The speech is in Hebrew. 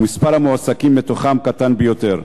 ומספר המועסקים מהם קטן ביותר.